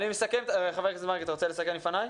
ח"כ מרגי, אתה רוצה לסכם לפניי?